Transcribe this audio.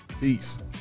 Peace